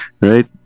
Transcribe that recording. right